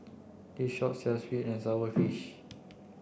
this shop sells sweet and sour fish